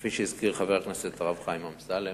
כפי שהזכיר חבר הכנסת הרב חיים אמסלם: